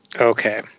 Okay